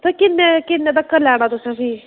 फिर किन्ने किन्ने तकर लैना तुसें फ्ही